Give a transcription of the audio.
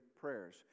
prayers